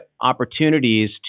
opportunities